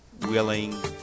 willing